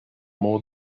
more